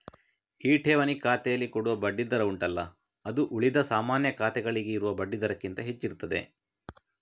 ಈ ಠೇವಣಿ ಖಾತೆನಲ್ಲಿ ಕೊಡುವ ಬಡ್ಡಿ ದರ ಉಂಟಲ್ಲ ಅದು ಉಳಿದ ಸಾಮಾನ್ಯ ಖಾತೆಗಳಿಗೆ ಇರುವ ಬಡ್ಡಿ ದರಕ್ಕಿಂತ ಹೆಚ್ಚಿರ್ತದೆ